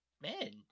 men